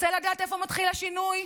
רוצה לדעת איפה מתחיל השינוי?